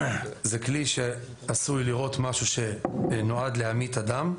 זה כלי שעשוי לירות משהו שנועד להמית אדם,